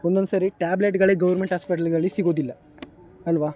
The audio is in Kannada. ಒಂದೊಂದ್ಸರಿ ಟ್ಯಾಬ್ಲೆಟ್ಗಳೇ ಗೌರ್ಮೆಂಟ್ ಆಸ್ಪೆಟ್ಲ್ಗಳಲ್ಲಿ ಸಿಗುವುದಿಲ್ಲ ಅಲ್ವ